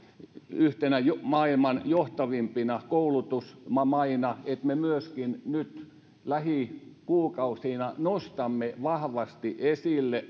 yhtenä maailman johtavimpana koulutusmaana me myöskin nyt lähikuukausina nostamme vahvasti esille